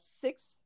six